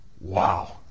wow